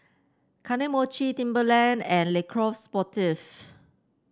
Kane Mochi Timberland and Le Coq Sportif